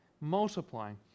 multiplying